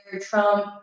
Trump